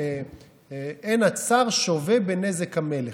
"אין הצר שווה בנזק המלך".